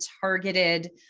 targeted